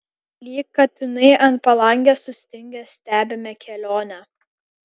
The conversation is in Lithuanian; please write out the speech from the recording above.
lyg katinai ant palangės sustingę stebime kelionę